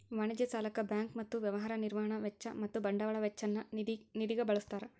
ವಾಣಿಜ್ಯ ಸಾಲಕ್ಕ ಬ್ಯಾಂಕ್ ಮತ್ತ ವ್ಯವಹಾರ ನಿರ್ವಹಣಾ ವೆಚ್ಚ ಮತ್ತ ಬಂಡವಾಳ ವೆಚ್ಚ ನ್ನ ನಿಧಿಗ ಬಳ್ಸ್ತಾರ್